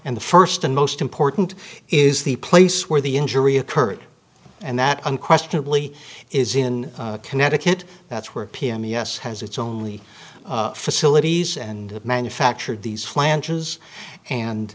and the first and most important is the place where the injury occurred and that unquestionably is in connecticut that's where a pm yes has it's only facilities and manufactured these